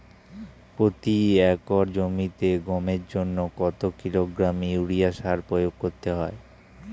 প্রতি একর জমিতে গমের জন্য কত কিলোগ্রাম ইউরিয়া সার প্রয়োগ করতে হয়?